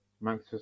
Max